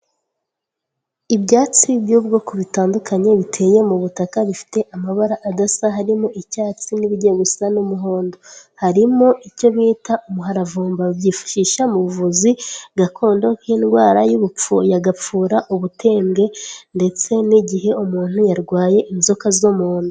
Ibyatsi by'ubwoko butandukanye biteye mu butaka bifite amabara adasa, harimo icyatsi n'ibijya gusa n'umuhondo, harimo icyo bita umuharavumba babyifashisha mu buvuzi gakondo nk'indwara ya gapfura, ubutebwe ndetse n'igihe umuntu yarwaye inzoka zo mu nda.